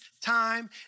time